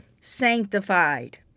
sanctified